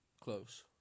Close